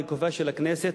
בגופה של הכנסת,